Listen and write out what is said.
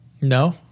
No